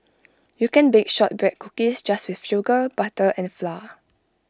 you can bake Shortbread Cookies just with sugar butter and flour